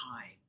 time